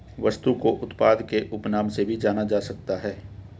वस्तु को उत्पाद के उपनाम से भी जाना जा सकता है